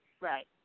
Right